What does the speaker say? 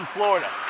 Florida